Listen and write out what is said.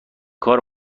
کار